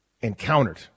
encountered